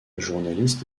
journaliste